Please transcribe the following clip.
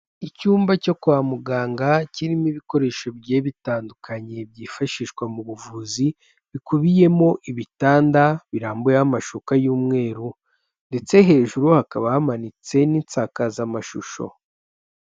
Icyumba cyo kwa muganga kirimo ibikoresho bigiye bitandukanye byifashishwa mu buvuzi, bikubiyemo ibitanda birambuyeho amashuka y'umweru ndetse hejuru hakaba hamanitse n'insakazamashusho.